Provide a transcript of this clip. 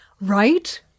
Right